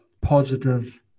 Positive